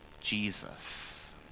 Jesus